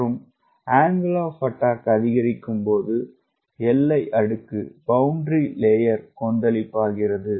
மற்றும் நீங்கள் angle of attack அதிகரிக்கும்போது எல்லை அடுக்கு கொந்தளிப்பாகிறது